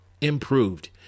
improved